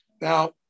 Now